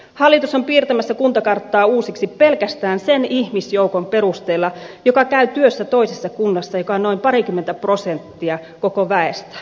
hallitus on piirtämässä kuntakarttaa uusiksi pelkästään sen ihmisjoukon perusteella joka käy työssä toisessa kunnassa joka on noin parikymmentä prosenttia koko väestä